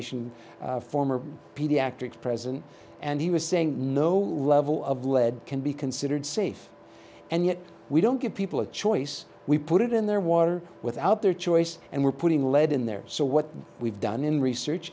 association former pediatrics present and he was saying no level of lead can be considered safe and yet we don't give people a choice we put it in their water without their choice and we're putting lead in there so what we've done in research